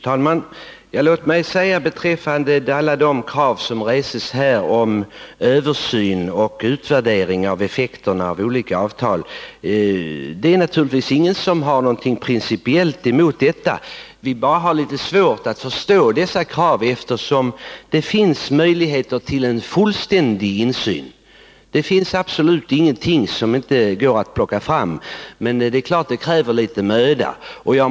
Fru talman! Låt mig säga några ord beträffande alla de krav som reses här på översyn och utvärdering av effekterna av olika avtal. Det är naturligvis ingen som har någonting principiellt emot detta. Vi har bara svårt att förstå dessa krav, eftersom det finns möjlighet till fullständig insyn. Det finns absolut ingenting som inte går att plocka fram, men det kräver givetvis litet möda.